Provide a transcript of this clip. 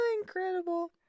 Incredible